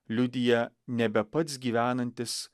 liudija nebe pats gyvenantis